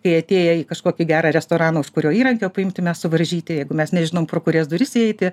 kai atėję į kažkokį gerą restoraną už kurio įrankio paimti mes suvaržyti jeigu mes nežinom pro kurias duris įeiti